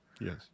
Yes